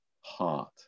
heart